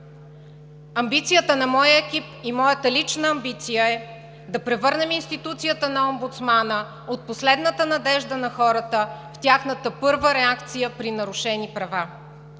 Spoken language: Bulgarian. Амбицията на моя екип и моята лична амбиция е да превърнем институцията на Омбудсмана от последната надежда на хората в тяхната първа реакция при нарушени права.